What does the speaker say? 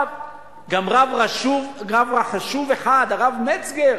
גם רב חשוב אחד, הרב מצגר,